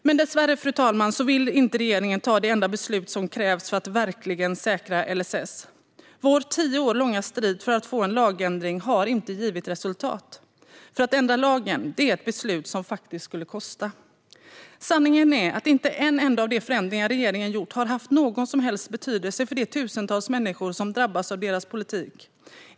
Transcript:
Men dessvärre, fru talman, vill inte regeringen ta det enda beslut som krävs för att verkligen säkra LSS. Vår tio år långa strid för att få en lagändring har inte givit resultat. Att ändra lagen är nämligen ett beslut som faktiskt skulle kosta. Sanningen är att inte en enda av de förändringar som regeringen gjort har haft någon som helst betydelse för de tusentals människor som drabbats av deras politik.